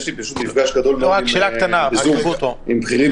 יש לי מפגש גדול מאוד בזום עם בכירים